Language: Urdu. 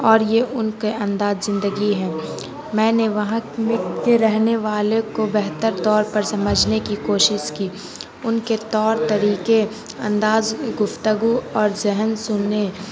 اور یہ ان کے انداز زندگی ہے میں نے وہاں کے رہنے والے کو بہتر طور پر سمجھنے کی کوشش کی ان کے طور طریقے انداز گفتگو اور ذہن سننے